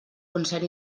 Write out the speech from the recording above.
concert